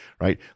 right